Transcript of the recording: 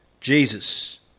Jesus